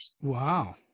Wow